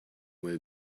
will